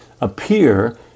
appear